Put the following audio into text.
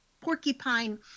porcupine